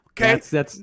Okay